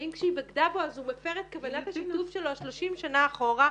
ואם כשהיא בגדה בו אז הוא מפר את כוונת השיתוף שלו 30 שנה אחורה.